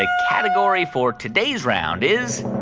ah category for today's round is.